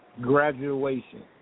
graduation